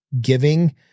giving